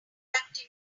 tucked